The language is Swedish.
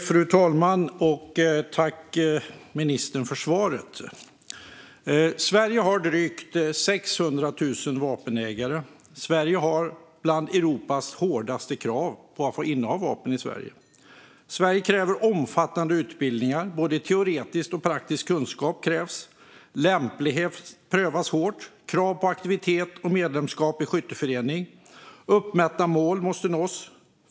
Fru talman! Tack, ministern, för svaret! Sverige har drygt 600 000 vapenägare. Sverige har bland Europas hårdaste krav för att få inneha vapen. Sverige kräver omfattande utbildningar - både teoretisk och praktisk kunskap krävs. Lämplighet prövas hårt. Aktivitet och medlemskap i skytteförening krävs. Uppmätta mål måste nås.